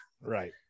Right